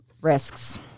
risks